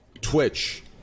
twitch